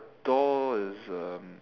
door is um